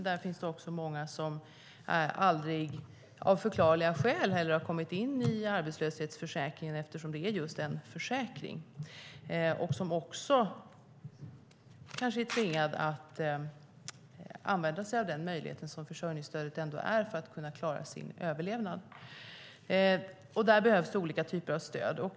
Det finns många som av förklarliga skäl aldrig har kommit in i arbetslöshetsförsäkringen eftersom det är just en försäkring och därför kanske tvingas att använda sig av den möjlighet som försörjningsstödet ändå är för att kunna klara sin överlevnad. Där behövs det olika typer av stöd.